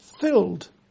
filled